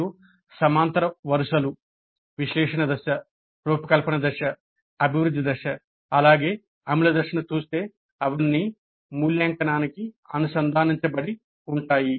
మీరు సమాంతర వరుసలు విశ్లేషణ దశ రూపకల్పన దశ అభివృద్ధి దశ అలాగే అమలు దశను చూస్తే అవన్నీ మూల్యాంకనానికి అనుసంధానించబడి ఉంటాయి